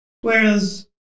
Whereas